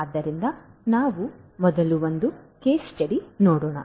ಆದ್ದರಿಂದ ನಾವು ಮೊದಲು ಒಂದು ಕೇಸ್ ಸ್ಟಡಿ ನೋಡೋಣ